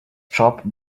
job